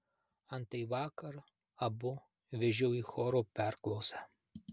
antai vakar abu vežiau į chorų perklausą